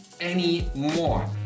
anymore